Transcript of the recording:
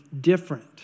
different